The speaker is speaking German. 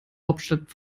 hauptstadt